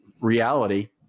reality